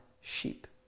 sheep